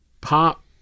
Pop –